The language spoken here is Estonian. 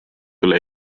üle